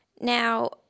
Now